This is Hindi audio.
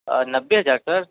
नब्बे हजार सर